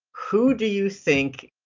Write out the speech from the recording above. who do you think,